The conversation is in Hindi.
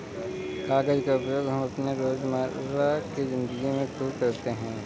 कागज का उपयोग हम अपने रोजमर्रा की जिंदगी में खूब करते हैं